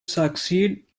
succeed